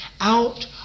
out